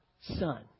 son